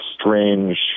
strange